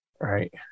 Right